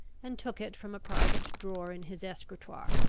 and took it from a private drawer in his escritoire.